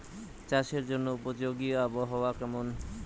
চাষের জন্য উপযোগী আবহাওয়া কেমন?